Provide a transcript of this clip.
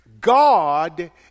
God